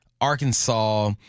Arkansas